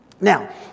Now